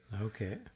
Okay